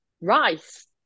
rice